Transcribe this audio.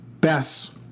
best